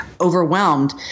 overwhelmed